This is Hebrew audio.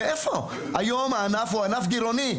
היום הענף גרעוני.